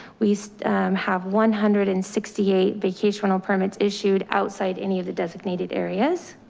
we have one hundred and sixty eight vacation rental permits issued outside any of the designated areas.